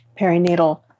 perinatal